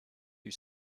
you